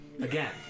again